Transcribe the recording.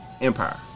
empire